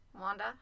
Wanda